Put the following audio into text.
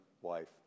wife